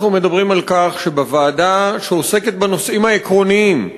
אנחנו מדברים על כך שבוועדה שעוסקת בנושאים העקרוניים,